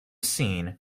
seen